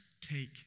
Take